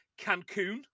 Cancun